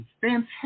fantastic